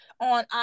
on